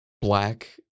black